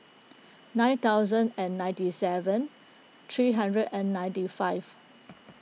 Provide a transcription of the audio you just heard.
nine thousand and ninety seven three hundred and ninety five